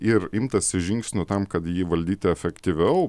ir imtasi žingsnių tam kad jį valdyti efektyviau